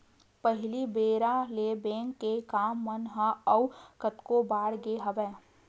पहिली बेरा ले बेंक के काम मन ह अउ कतको बड़ गे हवय